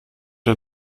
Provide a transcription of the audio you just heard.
der